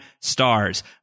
stars